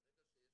ברגע שאין